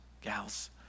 gals